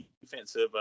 defensive